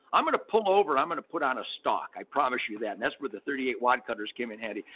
i'm going to pull over, i'm going to put on a stock. i promise you that. and that's where the thirty eight wide cutters came in handy.